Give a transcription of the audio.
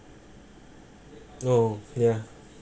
oh ya